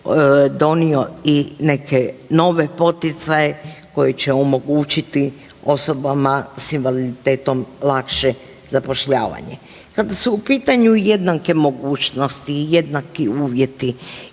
donio i neke nove poticaje koji će omogućiti osobama s invaliditetom lakše zapošljavanje. Kada su u pitanju jednake i mogućnosti i jednaki uvjeti